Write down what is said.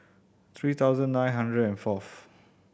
three thousand nine hundred and fourth